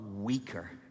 weaker